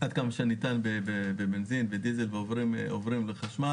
עד כמה שניתן בבנזין ודיזל ועוברים לחשמל.